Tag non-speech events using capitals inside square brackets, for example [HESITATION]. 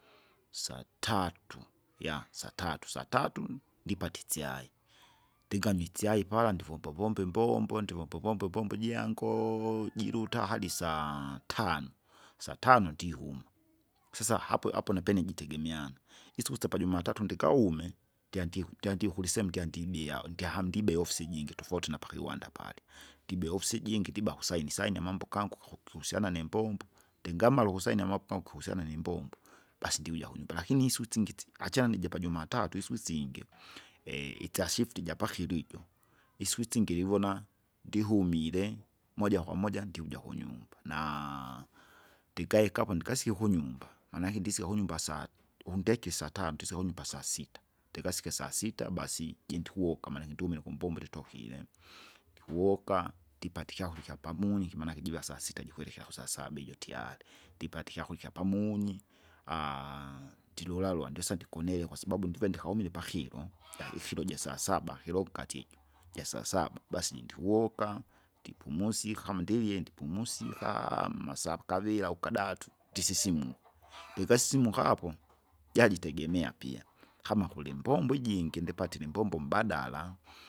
Satatu [UNINTELLIGIBLE] satau, satatu nipate ischai, [NOISE] ndinganwe ischai pala ndivomba vomba imbombo, ndivomb vomba imbombo jiango jiruta hadi saa tano. Satano ndihuma, [NOISE] sasa hapo apo napene jitegemeana, isiku syapajumattu ndikaume ndandi- ndyandie ukulisehemu ndyandibia, undyahandibeo ofisi ijingi tofauti napakiwanda pale, ndibea ofisi ijingi ndiba kusaini saini amambo gangu kaku kihusiana nimbombo, ndingamala ukusaini amapo ako kihusiana nimbombo basi ndivuja kunyumba lakini isusingitsi achana nija pajumatatu isu singe, [NOISE] [HESITATION] itsashifti japakilo ijo. [NOISE] Isiku isingi livona, ndihumile, moja kwa moja nduja kunyumb, naa- ndingaikavo ndingasike kunyumba, manake ndisika kunyumba saa undekie satato ndise kunyumba sasita. Ndikasike sasita basi jindukuwoka mara kindumile kumbombo litikire m ndikuwoka ndipata ikyakurya ikyapamunyi ikimanake jiva sasita jikwelekea kusasaba ijo tiyari, ndipata ikyakurya ikyapamunyi. [HESITATION] ndilolalwa ndisa ndikonele kwasabau ndive ndikaumile pakilo [NOISE] jajikiloja sasaba kilokatijo jasasaba basi jundikuwoka, ndipumusika kama undilie ndipumusika masaa kaviri au kadatu, ndisisimuka, [NOISE] ndikasisimuka apo jajitegemea pia [NOISE] kama kulimbombo ijingi ndipatile imbombo mbadala. [NOISE]